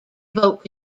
vote